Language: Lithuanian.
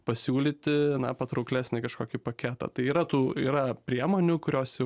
pasiūlyti na patrauklesnį kažkokį paketą tai yra tų yra priemonių kurios jau